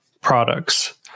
products